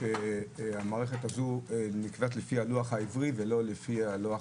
המערכת הזו נקבעת הלוח העברי ולא לפי הלוח